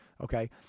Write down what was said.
okay